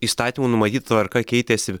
įstatymų numatyta tvarka keitėsi